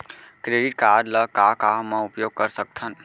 Credit card ला का का मा उपयोग कर सकथन?